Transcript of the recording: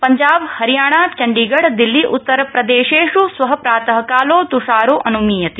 पञ्जाब हरियाणा चण्डीगढ़ दिल्ली उत्तरप्रदेशेष् श्व प्रात काले तुषारो अनुमीयते